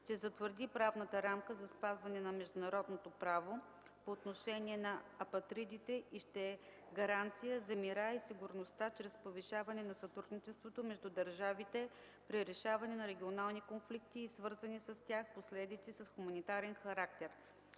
ще затвърди правната рамка за спазване на международното право по отношение на апатридите и ще е гаранция за мира и сигурността чрез повишаване на сътрудничеството между държавите при решаване на регионални конфликти и свързани с тях последици с хуманитарен характер.